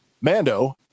Mando